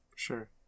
sure